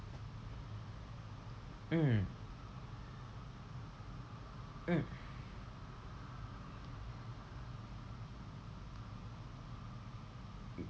mm mm